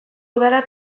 udara